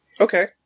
Okay